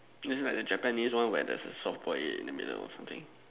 it's like the Japanese one where there's a soft boil egg in the middle or something